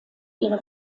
ihre